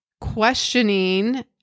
questioning